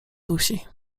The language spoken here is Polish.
dusi